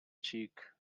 cheek